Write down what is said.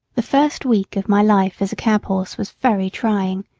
the first week of my life as a cab horse was very trying.